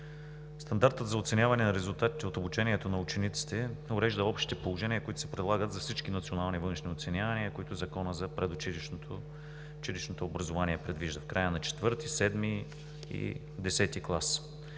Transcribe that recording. Стандартът за оценяване на резултатите от обучението на учениците урежда общите положения, които се прилагат за всички национални външни оценявания, които Законът за предучилищното и училищното образование предвижда в края на ІV, VІІ и Х клас,